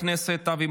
חבר הכנסת עופר כסיף,